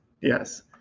Yes